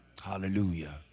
Hallelujah